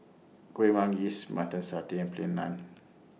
Kuih Manggis Mutton Satay and Plain Naan